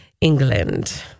England